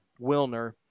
Wilner